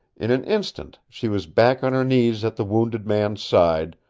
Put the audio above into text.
in an instant she was back on her knees at the wounded man's side,